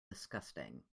disgusting